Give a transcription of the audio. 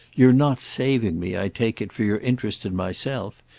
you're not saving me, i take it, for your interest in myself,